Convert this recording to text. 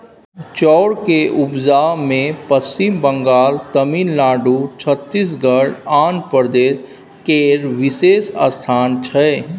चाउर के उपजा मे पच्छिम बंगाल, तमिलनाडु, छत्तीसगढ़, आंध्र प्रदेश केर विशेष स्थान छै